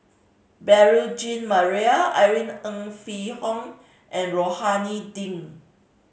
Beurel Jean Marie Irene Ng Phek Hoong and Rohani Din